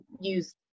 use